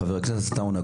חבר הכנסת עטאונה,